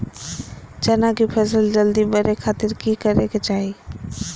चना की फसल जल्दी बड़े खातिर की करे के चाही?